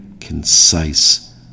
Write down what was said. concise